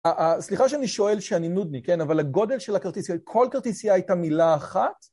סליחה שאני שואל שאני נודניק, כן? אבל הגודל של הכרטיסייה, כל כרטיסייה הייתה מילה אחת?